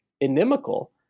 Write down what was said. inimical